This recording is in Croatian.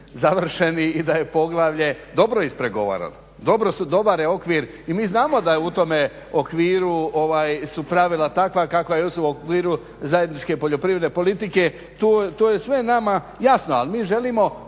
i da je poglavlje dobro ispregovarano, dobar je okvir i mi znamo da je u tome okviru su pravila takva kakva su u okviru zajedničke poljoprivredne politike, to je sve nama jasno, ali mi želimo